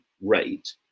rate